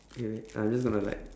okay I just gonna like